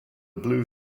blue